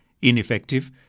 ineffective